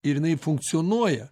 ir jinai funkcionuoja